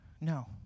No